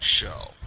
show